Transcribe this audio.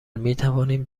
میتوانیم